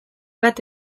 bat